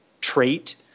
trait